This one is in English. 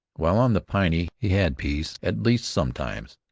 while on the piney he had peace at least sometimes,